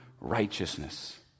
righteousness